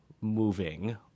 moving